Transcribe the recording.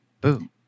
boom